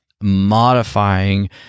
modifying